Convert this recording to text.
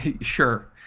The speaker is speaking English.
Sure